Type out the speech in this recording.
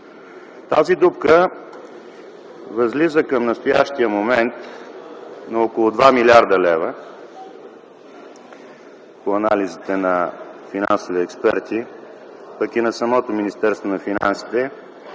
Тази дупка възлиза към настоящия момент на около 2 млрд. лв. – по анализите на финансови експерти, пък и на самото Министерство на финансите